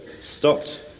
stopped